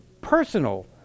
personal